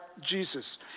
Jesus